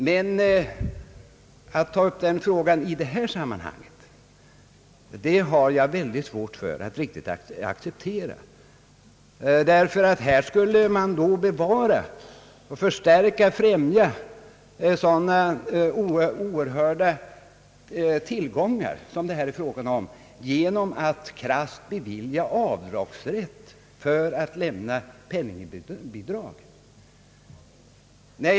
Men att de skulle tas upp i detta sammanhang har jag väldigt svårt att riktigt acceptera. Man skulle nämligen enligt den tankegången bevara, stärka och främja de oerhörda tillgångar, som det här gäller, genom att krasst bevilja avdragsrätt vid beskattningen för dem som lämnar penningbidrag till vissa allmännyttiga ändamål.